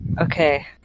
Okay